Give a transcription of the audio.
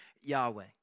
Yahweh